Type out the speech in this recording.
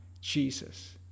Jesus